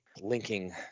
linking